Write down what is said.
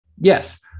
yes